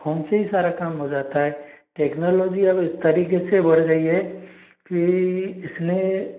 home से ही सारा काम हो जाता है टेक्नोलॉजी अब इस तरीके से बढ़ गई है कि इसने